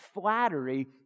flattery